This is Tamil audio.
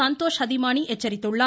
சந்தோஷ் ஹதிமானி எச்சரித்துள்ளார்